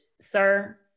sir